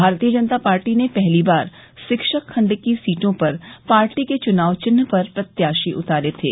भारतीय जनता पार्टी ने पहली बार शिक्षक खण्ड की सीटों पर पार्टी के च्नाव चिन्ह पर प्रत्याशी उतारे थे